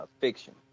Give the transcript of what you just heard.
fiction